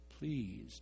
Please